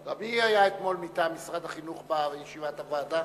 מי היה אתמול מטעם משרד החינוך בישיבת הוועדה?